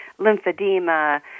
lymphedema